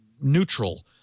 neutral